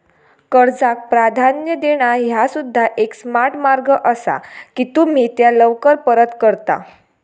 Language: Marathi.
कर्जाक प्राधान्य देणा ह्या सुद्धा एक स्मार्ट मार्ग असा की तुम्ही त्या लवकर परत करता